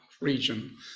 region